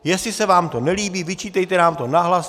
Jestli se vám to nelíbí, vyčítejte nám to nahlas.